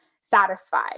satisfied